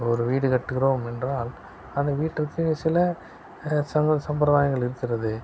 ஒரு வீடு கட்டுகிறோம் என்றால் அந்த வீட்டு விசேஷத்துல சடங்கு சம்பிரதாயங்கள் இருக்கிறது